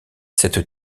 cette